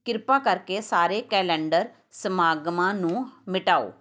ਕ੍ਰਿਪਾ ਕਰਕੇ ਸਾਰੇ ਕੈਲੰਡਰ ਸਮਾਗਮਾਂ ਨੂੰ ਮਿਟਾਓ